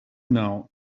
now